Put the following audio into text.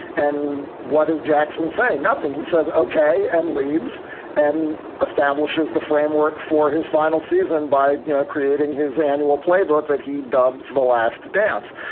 and what is jackson saying? nothing. he says okay and leaves and establishes the framework for his final season by creating his annual playbook that he dubs the last dance.